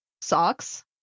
Socks